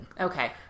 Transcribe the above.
Okay